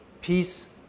peace